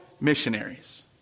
missionaries